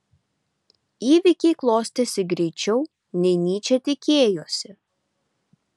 įvykiai klostėsi greičiau nei nyčė tikėjosi